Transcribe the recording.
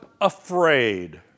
afraid